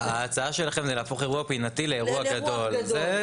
ההצעה שלכם זה להפוך אירוע פינתי לאירוע גדול.